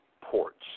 Ports